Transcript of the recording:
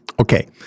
okay